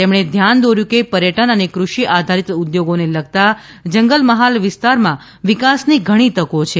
તેમણે ધ્યાન દોર્યું કે પર્યટન અને કૃષિ આધારિત ઉદ્યોગોને લગતા જંગલમહાલ વિસ્તારમાં વિકાસની ઘણી તકો છે